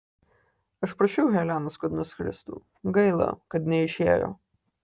aš prašiau helenos kad nuskristų gaila kad neišėjo